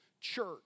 church